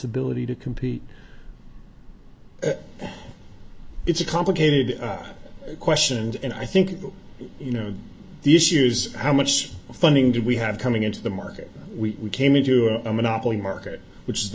ability to compete it's a complicated question and and i think you know the issues how much funding did we have coming into the market we came into a monopoly market which is the